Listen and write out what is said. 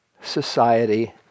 society